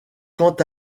quant